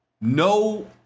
no